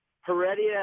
Heredia